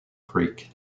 creek